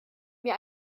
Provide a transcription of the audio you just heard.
mir